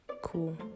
Cool